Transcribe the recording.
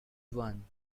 one